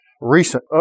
recent